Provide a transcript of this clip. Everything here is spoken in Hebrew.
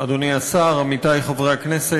תודה לך, אדוני השר, עמיתי חברי הכנסת,